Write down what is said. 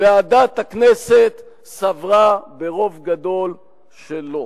ועדת הכנסת סברה ברוב גדול שלא.